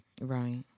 Right